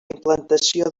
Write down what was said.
implantació